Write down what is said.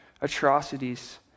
atrocities